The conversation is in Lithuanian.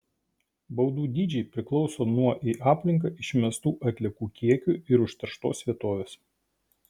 baudų dydžiai priklauso nuo į aplinką išmestų atliekų kiekių ir užterštos vietovės